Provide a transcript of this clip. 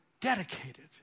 dedicated